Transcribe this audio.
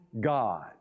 God